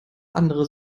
andere